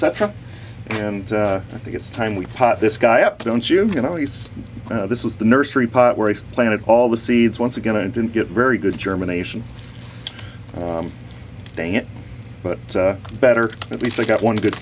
etc and i think it's time we pot this guy up don't you you know he's this was the nursery pot where he planted all the seeds once again i didn't get very good germination but better at least i got one good